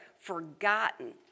Forgotten